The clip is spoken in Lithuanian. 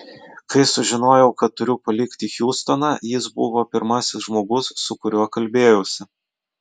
kai sužinojau kad turiu palikti hjustoną jis buvo pirmasis žmogus su kuriuo kalbėjausi